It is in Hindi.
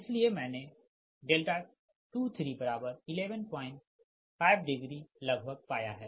इसलिए मैंने 23115लगभग पाया है